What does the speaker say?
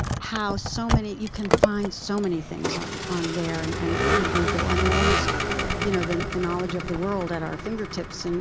how so you can find so many things on on there and and through google. i mean, almost you know the the knowledge of the world at our fingertips. and